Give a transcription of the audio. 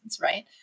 right